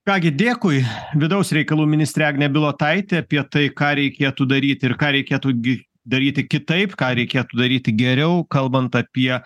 ką gi dėkui vidaus reikalų ministrė agnė bilotaitė apie tai ką reikėtų daryti ir ką reikėtų gi daryti kitaip ką reikėtų daryti geriau kalbant apie